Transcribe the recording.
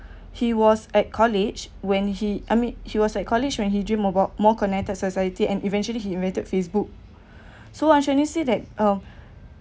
he was at college when he I mean he was at college when he dreamt about more connected society and eventually he invented Facebook so I actually say that um